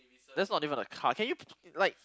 that's not even a car can you like